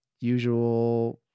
usual